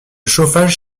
chauffage